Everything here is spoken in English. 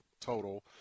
total